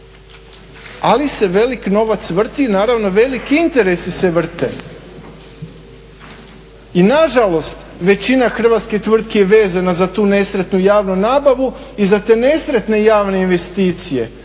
Ali se velik novac vrti, naravno velik interesi se vrte. I nažalost većina hrvatskih tvrtki je vezana za tu nesretnu javnu nabavu i za te nesretne javne investicije